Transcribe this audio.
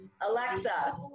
alexa